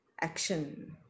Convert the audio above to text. action